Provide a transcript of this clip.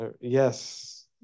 Yes